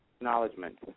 Acknowledgement